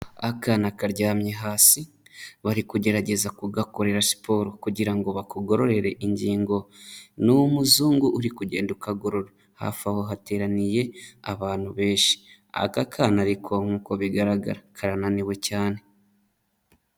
Akana karyamye hasi, bari kugerageza kugakorera siporo kugira ngo bakugororere ingingo. Ni umuzungu uri kugenda ukagorora. Hafi aho hateraniye, abantu benshi. Aka kana ariko nk'uko bigaragara, karananiwe cyane.